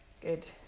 Good